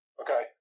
Okay